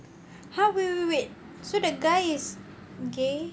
how will wait so the guy is gay